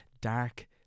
dark